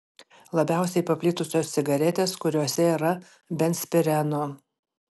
labiausiai paplitusios cigaretės kuriose yra benzpireno